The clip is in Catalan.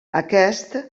aquest